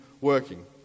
working